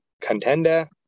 Contender